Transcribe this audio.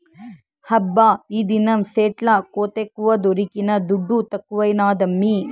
హబ్బా ఈదినం సెట్ల కోతెక్కువ దొరికిన దుడ్డు తక్కువైనాదమ్మీ